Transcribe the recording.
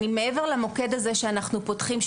מעבר למוקד שאנחנו פותחים,